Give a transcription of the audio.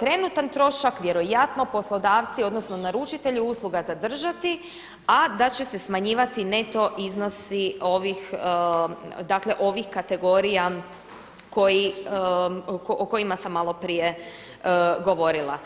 trenutan trošak vjerojatno poslodavci, odnosno naručitelji usluga zadržati, a da će se smanjivati neto iznosi ovih, dakle ovih kategorija o kojima sam malo prije govorila.